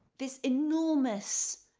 this enormous,